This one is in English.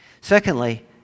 Secondly